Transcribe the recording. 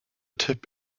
tip